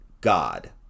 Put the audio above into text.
god